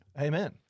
Amen